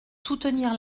soutenir